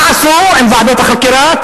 מה עשו עם ועדות החקירה?